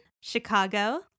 Chicago